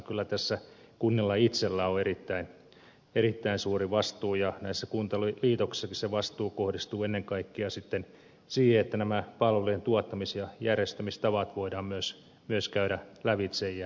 kyllä tässä kunnilla itsellään on erittäin suuri vastuu ja näissä kuntaliitoksissakin se vastuu kohdistuu ennen kaikkea sitten siihen että nämä palvelujen tuottamis ja järjestämistavat voidaan myös käydä lävitse ja tarvittaessa uudistaa